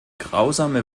grausame